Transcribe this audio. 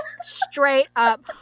straight-up